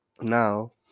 now